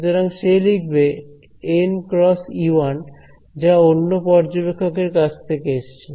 সুতরাং সে লিখবে nˆ × E1 যা অন্য পর্যবেক্ষকের কাছ থেকে এসেছে